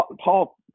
Paul